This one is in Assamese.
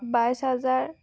বাইছ হাজাৰ